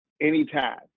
anytime